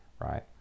right